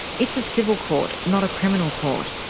it's a civil court, not a criminal court.